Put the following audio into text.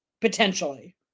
potentially